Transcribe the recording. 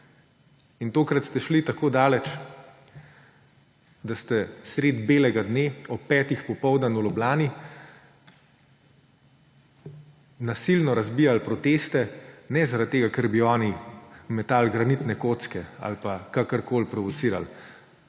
In tokrat ste šli tako daleč, da ste sredi belega dne, ob petih popoldan v Ljubljani nasilno razbijali proteste. Ne zaradi tega ker bi oni metali granitne kocke ali pa kakorkoli provociral.